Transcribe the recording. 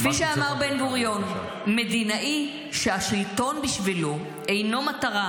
כפי שאמר בן-גוריון: "מדינאי שהשלטון בשבילו אינו מטרה,